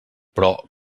però